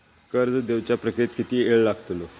कर्ज देवच्या प्रक्रियेत किती येळ लागतलो?